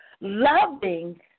loving